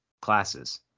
classes